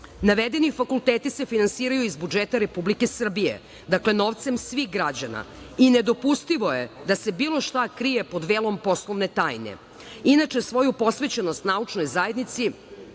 projekta. Navedeni fakulteti se finansiraju iz budžeta Republike Srbije, dakle, novcem svih građana i nedopustivo je da se bilo šta krije pod velom poslovne tajne. Inače, svoju posvećenost naučnoj zajednici